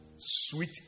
sweet